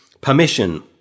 permission